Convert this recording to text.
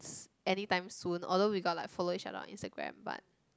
anytime soon although we got like follow each other one Instagram but